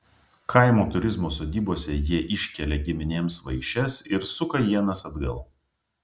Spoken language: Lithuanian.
kaimo turizmo sodybose jie iškelia giminėms vaišes ir suka ienas atgal